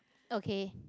okay